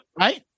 right